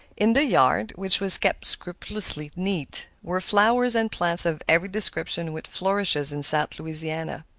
in the yard, which was kept scrupulously neat, were flowers and plants of every description which flourishes in south louisiana.